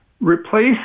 replace